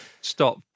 Stop